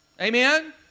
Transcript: Amen